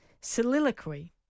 soliloquy